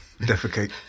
Defecate